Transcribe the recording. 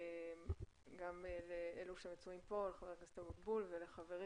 גם לאלו שנמצאים כאן - לחבר הכנסת אבוטבול ולחברי